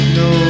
no